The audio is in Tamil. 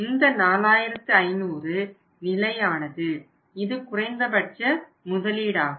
இந்த 4500 நிலையானது இது குறைந்தபட்ச முதலீடாகும்